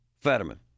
Fetterman